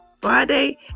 Friday